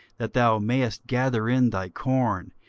that thou mayest gather in thy corn,